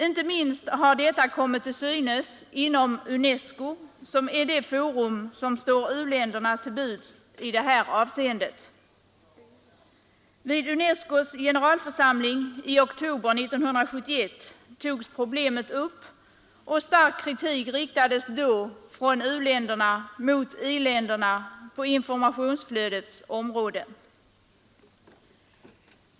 Inte minst har detta kommit till synes inom UNESCO, som är det forum som står u-länderna till buds i det här avseendet. Vid UNESCO:s generalförsamling i oktober 1971 togs problemet upp, och på informationsflödets område riktades då stark kritik från u-länderna mot i-länderna.